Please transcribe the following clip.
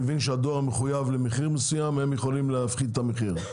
מבין שהדואר מחויב למחיר מסוים והן יכולות להפחית את המחיר.